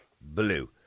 Blue